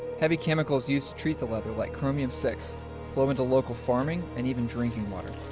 heavy chemicals used to treat the leather like chromium six flow into local farming and even drinking water.